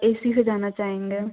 ए C से जाना चाहेंगे